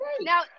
Now